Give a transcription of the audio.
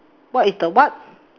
what is the what